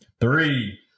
Three